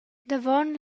davon